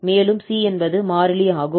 மேலும் c என்பது மாறிலி ஆகும்